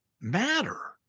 matter